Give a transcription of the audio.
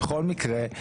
בכל מקרה,